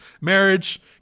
Marriage